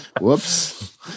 Whoops